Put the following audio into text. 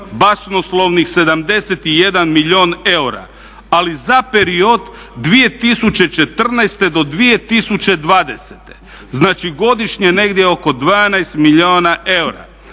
basnoslovnih 71 milijun eura, ali za period 2014.-2020., znači godišnje negdje oko 12 milijuna eura.